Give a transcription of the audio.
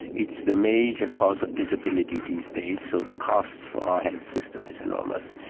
it's the major cause of disability these days, so the costs for our health system is enormous.